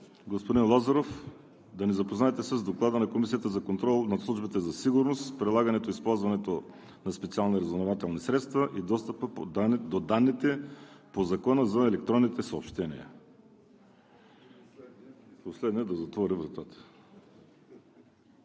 Господин Лазаров, да ни запознаете с Доклада на Комисията за контрол над службите за сигурност, прилагането и използването на специални разузнавателни средства и достъпа до данните по Закона за електронните съобщения. ДОКЛАДЧИК ДИМИТЪР ЛАЗАРОВ: